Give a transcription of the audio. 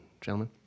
gentlemen